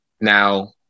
Now